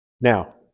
Now